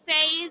phase